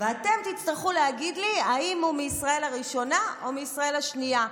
ואתם תצטרכו להגיד לי האם הוא מישראל הראשונה או מישראל השנייה.